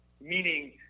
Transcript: meaning